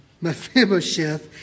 Mephibosheth